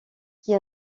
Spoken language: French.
qui